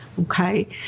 okay